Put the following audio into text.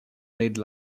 made